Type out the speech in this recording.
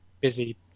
busy